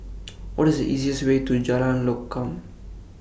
What IS The easiest Way to Jalan Lokam